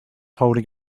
holding